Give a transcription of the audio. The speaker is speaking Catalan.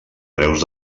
preus